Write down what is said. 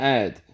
add